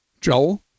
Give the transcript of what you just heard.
Joel